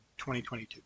2022